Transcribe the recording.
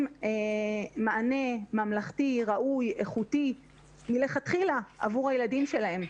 מענה ממלכתי ראוי ואיכותי מלכתחילה עבור הילדים שלהם.